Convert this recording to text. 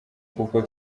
kuko